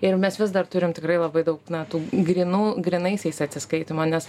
ir mes vis dar turim tikrai labai daug na tų grynų grynaisiais atsiskaitoma nes